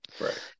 Right